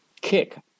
kick